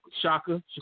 Shaka